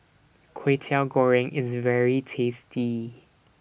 Kway Teow Goreng IS very tasty